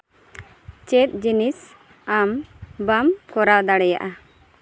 ᱪᱮᱫ ᱡᱤᱱᱤᱥ ᱟᱢ ᱵᱟᱢ ᱠᱚᱨᱟᱣ ᱫᱟᱲᱮᱭᱟᱜᱼᱟ